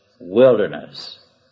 wilderness